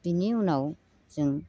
बिनि उनाव जों